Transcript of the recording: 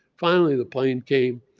finally the plane came,